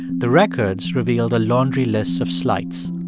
the records revealed a laundry list of slights.